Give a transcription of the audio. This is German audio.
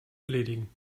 erledigen